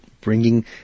bringing